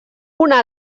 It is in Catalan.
una